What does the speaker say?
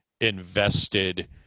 invested